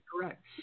correct